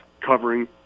covering